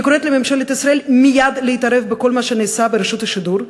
אני קוראת לממשלת ישראל להתערב מייד בכל מה שנעשה ברשות השידור,